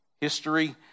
history